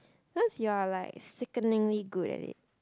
cause you're like sickeningly good at it